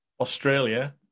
Australia